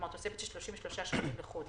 כלומר, תוספת של 33 שקלים לחודש.